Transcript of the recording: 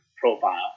profile